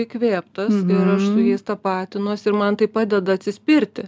įkvėptas ir aš su jais tapatinuosi ir man tai padeda atsispirti